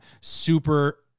super